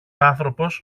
άνθρωπος